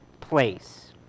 place